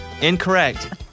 Incorrect